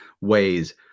ways